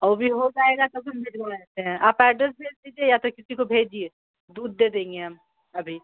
اور وہ بھی ہو جائے گا تب ہم بھجوا دیتے ہیں آپ ایڈریس بھیج دیجیے یا تو کسی کو بھیجیے دودھ دے دیں گے ہم ابھی